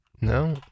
No